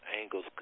angles